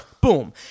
Boom